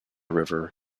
river